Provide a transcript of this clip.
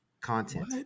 content